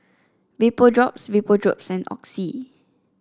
Vapodrops Vapodrops and Oxy